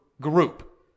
group